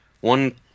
one